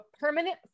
permanent